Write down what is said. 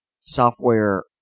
software